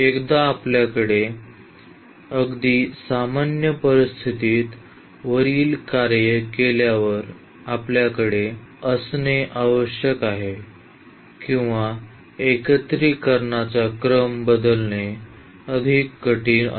एकदा आमच्याकडे अगदी सामान्य परिस्थितीत वरील कार्ये केल्यावर आपल्याकडे असणे आवश्यक आहे किंवा एकत्रीकरणाचा क्रम बदलणे अधिक कठीण आहे